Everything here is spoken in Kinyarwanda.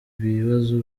bibazo